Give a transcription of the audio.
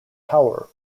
power